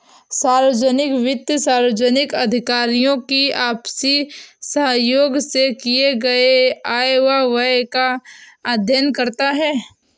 सार्वजनिक वित्त सार्वजनिक अधिकारियों की आपसी सहयोग से किए गये आय व व्यय का अध्ययन करता है